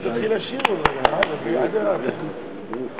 אדוני היושב-ראש, אדוני יושב-ראש